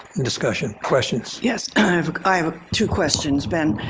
discussion, questions. yes. i have kind of ah two questions, ben.